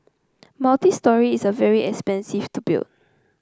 multistory is a very expensive to build